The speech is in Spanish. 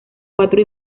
cuatro